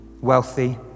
wealthy